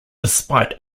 despite